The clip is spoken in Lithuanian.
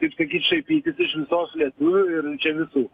kaip sakyt šaipytis iš visos lietuvių ir čia visų